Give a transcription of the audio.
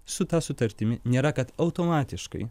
su ta sutartimi nėra kad automatiškai